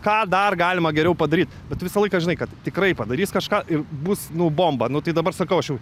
ką dar galima geriau padaryt bet tu visą laiką žinai kad tikrai padarys kažką ir bus nu bomba nu tai dabar sakau aš jau